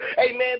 amen